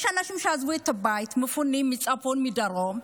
יש אנשים שעזבו את הבית, מפונים מהצפון ומהדרום.